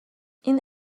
این